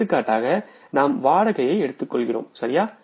எடுத்துக்காட்டாக நாம் வாடகையை எடுத்துக்கொள்கிறோம்சரியா